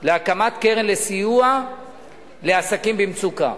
להקמת קרן לסיוע לעסקים במצוקה.